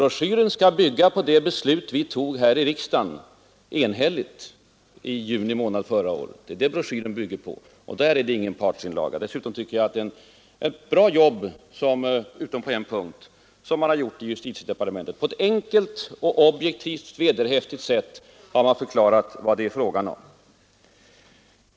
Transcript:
Broschyren skall bygga på det beslut vi enhälligt fattade här i riksdagen i juni månad förra året, och då är det ingen partsinlaga. Dessutom tycker jag att det — utom på en punkt — är ett bra jobb som man har gjort i justitiedepartementet. På ett enkelt, objektivt och vederhäftigt sätt har man förklarat vad det är fråga om.